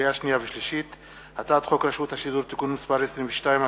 לקריאה שנייה ולקריאה שלישית: הצעת חוק רשות השידור (תיקון מס' 22),